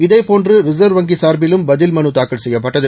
இதேபோன்று ரிசர்வ் வங்கி சார்பிலும் பதில் மனு தாக்கல் செய்யப்பட்டது